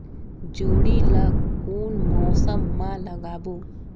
जोणी ला कोन मौसम मा लगाबो?